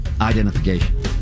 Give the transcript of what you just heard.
identification